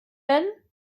denn